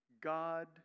God